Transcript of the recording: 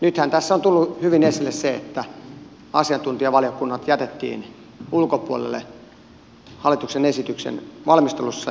nythän tässä on tullut hyvin esille se että asiantuntijavaliokunnat jätettiin ulkopuolelle hallituksen esityksen valmistelussa